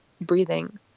breathing